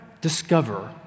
discover